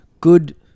Good